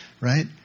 right